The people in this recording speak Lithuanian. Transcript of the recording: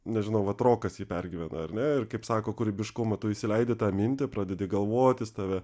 nežinau vat rokas jį pergyvena ar ne ir kaip sako kūrybiškumą tu įsileidi tą mintį pradedi galvot jis tave